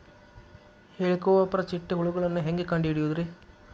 ಹೇಳಿಕೋವಪ್ರ ಚಿಟ್ಟೆ ಹುಳುಗಳನ್ನು ಹೆಂಗ್ ಕಂಡು ಹಿಡಿಯುದುರಿ?